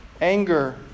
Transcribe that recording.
anger